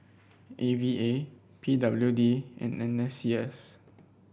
A V A P W D and N S C S